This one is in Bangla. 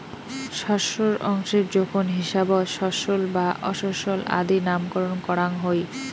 শস্যর অংশের জোখন হিসাবত শস্যল বা অশস্যল আদি নামকরণ করাং হই